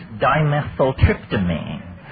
dimethyltryptamine